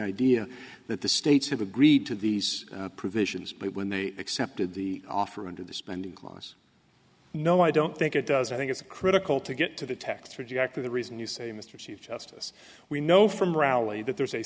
idea that the states have agreed to these provisions but when they accepted the offer under the spending clause no i don't think it does i think it's critical to get to the tax for jack for the reason you say mr chief justice we know from rally that there's a